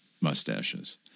mustaches